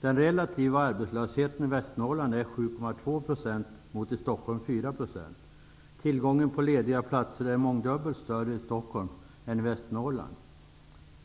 den relativa arbetslösheten i Västernorrland är 7,2 % mot 4 % i Stockholm, och tillgången på lediga platser är mångdubbelt större i Stockholm än i Västernorrland.